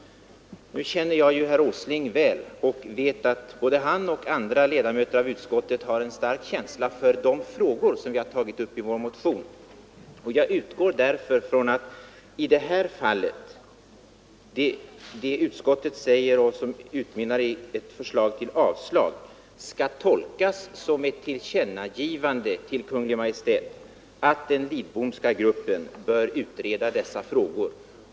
Nu känner jag herr Åsling väl och vet att både han och andra ledamöter av utskottet har en stark känsla för de frågor vi har tagit upp i vår motion. Jag utgår därför ifrån att utskottets skrivning, som utmynnar i ett avstyrkande av motionen, skall tolkas som ett tillkännagivande till Kungl. Maj:t att den Lidbomska gruppen bör utreda dessa frågor.